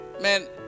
man